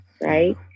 right